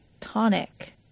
tonic